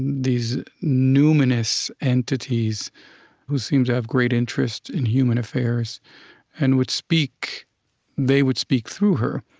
these numinous entities who seemed to have great interest in human affairs and would speak they would speak through her.